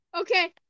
Okay